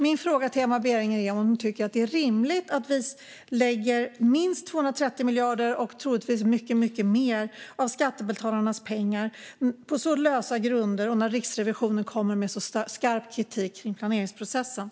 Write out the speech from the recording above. Min fråga till Emma Berginger är om hon tycker att det är rimligt att vi på så lösa grunder och när Riksrevisionen kommer med så stark kritik mot planeringsprocessen lägger minst 230 miljarder och troligtvis mycket mer av skattebetalarnas pengar på detta.